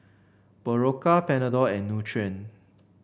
Berocca Panadol and Nutren